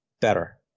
better